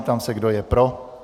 Ptám se, kdo je pro?